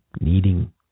needing